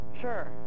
Sure